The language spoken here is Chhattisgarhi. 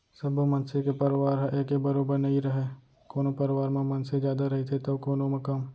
सब्बो मनसे के परवार ह एके बरोबर नइ रहय कोनो परवार म मनसे जादा रहिथे तौ कोनो म कम